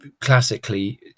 classically